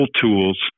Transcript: tools